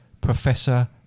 Professor